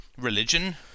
religion